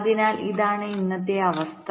അതിനാൽ ഇതാണ് ഇന്നത്തെ അവസ്ഥ